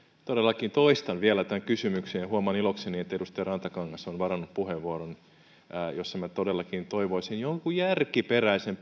todellakin toistan vielä tämän kysymyksen ja huomaan ilokseni että edustaja rantakangas on varannut puheenvuoron ja siinä minä todellakin toivoisin olevan jonkun järkiperäisen